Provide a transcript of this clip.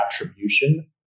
attribution